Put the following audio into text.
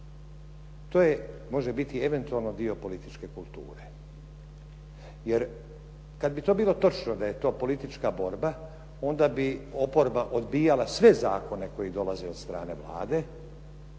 To može biti eventualno dio političke kulture